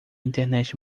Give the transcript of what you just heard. internet